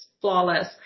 flawless